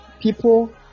people